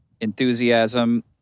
enthusiasm